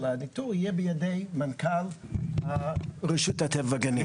הניתור יהיה בידי מנכ"ל רשות הטבע והגנים.